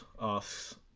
asks